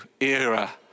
era